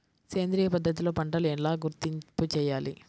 సేంద్రియ పద్ధతిలో పంటలు ఎలా గుర్తింపు చేయాలి?